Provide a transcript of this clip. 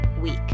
week